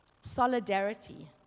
solidarity